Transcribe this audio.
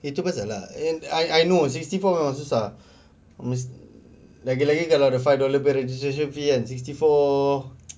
itu pasal lah and I I know sixty four memang susah mes~ regularly kalau five dollar punya registration fee kan sixty four